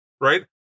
right